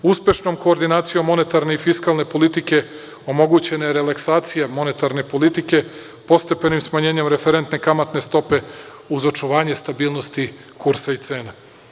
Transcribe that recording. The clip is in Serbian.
Uspešnom koordinacijom monetarne i fiskalne politike omogućena je relaksacija monetarne politike, postepenim smanjenjem referentne kamatne stope, uz očuvanje stabilnosti kursa i cena.